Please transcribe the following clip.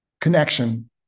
connection